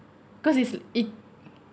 cause it's it